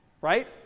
right